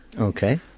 Okay